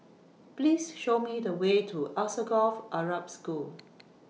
Please Show Me The Way to Alsagoff Arab School